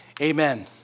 Amen